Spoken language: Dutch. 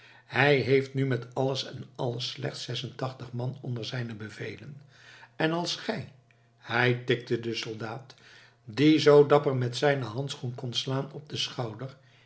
hij heeft nu met alles en alles slechts zesentachtig man onder zijne bevelen en als gij hij tikte den soldaat die zoo dapper met zijnen handschoen kon slaan op den schouder